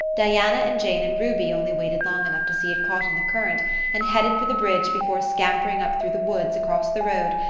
diana and jane and ruby only waited long enough to see it caught in the current and headed for the bridge before scampering up through the woods, across the road,